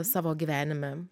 savo gyvenime